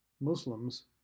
Muslims